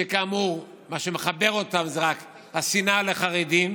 שכאמור, מה שמחבר אותם זה רק השנאה לחרדים.